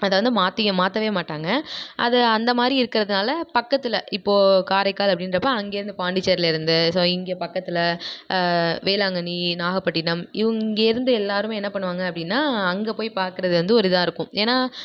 அதை வந்து மாற்றிக்க மாற்றவே மாட்டாங்க அது அந்த மாதிரி இருக்கிறதுனால பக்கத்தில் இப்போ காரைக்கால் அப்டின்றப்போ அங்கேருந்து பாண்டிச்சேரிலேர்ந்து ஸோ இங்கே பக்கத்தில் வேளாங்கண்ணி நாகப்பட்டினம் இவுங்க இங்கேர்ந்து எல்லாருமே என்ன பண்ணுவாங்க அப்படின்னா அங்கே போய் பார்க்குறது வந்து ஒரு இதாக இருக்கும் ஏன்னா